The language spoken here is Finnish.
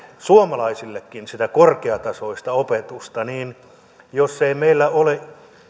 suomalaisillekin sitä korkeatasoista opetusta jos ei meillä ole